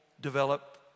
develop